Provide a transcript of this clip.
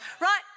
Right